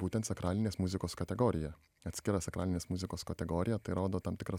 būtent sakralinės muzikos kategorija atskira sakralinės muzikos kategorija tai rodo tam tikrą